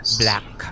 black